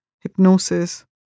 hypnosis